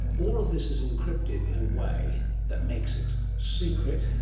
all of this is encrypted in a way that makes it secret.